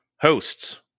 Hosts